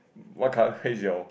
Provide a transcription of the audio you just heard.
what colour case your